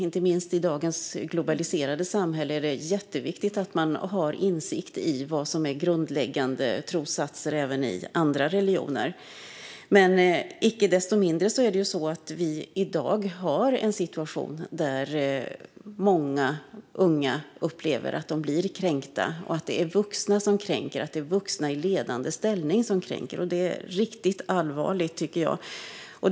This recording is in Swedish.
Inte minst i dagens globaliserade samhälle är det jätteviktigt att man har insikt i vad som är grundläggande trossatser även i andra religioner. Icke desto mindre har vi i dag en situation där många unga upplever att de blir kränkta och att det är vuxna som kränker - vuxna i ledande ställning. Det är riktigt allvarligt, tycker jag.